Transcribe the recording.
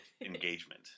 engagement